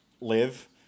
live